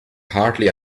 hardly